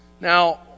Now